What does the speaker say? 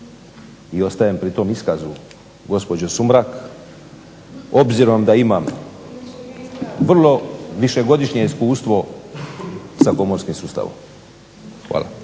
I ostajem pri tom iskazu gospođo Sumrak, obzirom da imam vrlo višegodišnje iskustvo sa komorskim sustavom. Hvala.